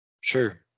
Sure